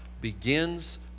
begins